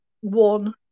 one